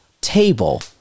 Table